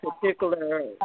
particular